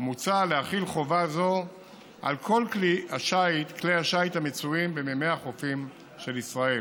מוצע להחיל חובה זו על כל כלי השיט המצויים במימי החופים של ישראל,